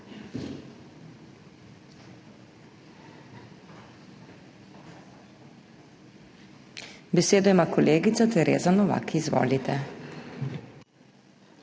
Besedo ima kolegica Tereza Novak. Izvolite.